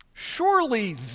Surely